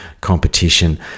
competition